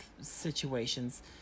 situations